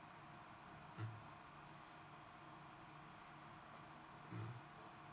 mm mm